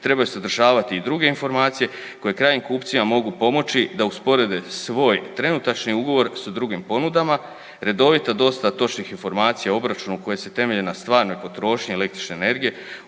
trebaju sadržavati i druge informacije koje krajnjim kupcima mogu pomoći da usporede svoj trenutačni ugovor s drugim ponudama, redovita dostava točnih informacija o obračunu koje se temelje na stvarnoj potrošnji električne energije